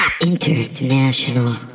International